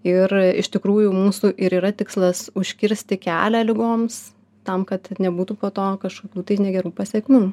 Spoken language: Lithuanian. ir iš tikrųjų mūsų ir yra tikslas užkirsti kelią ligoms tam kad nebūtų po to kažkokių tai negerų pasekmių